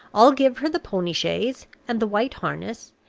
i'll give her the pony-chaise and the white harness,